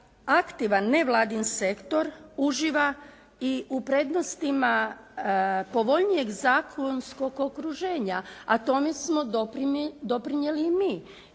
aktivan nevladin sektor uživa i u prednostima povoljnijeg zakonskog okruženja, a tome smo doprinijeli i mi,